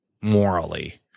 morally